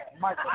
Mike